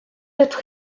être